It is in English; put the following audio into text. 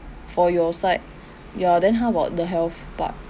for your side ya then how about the health part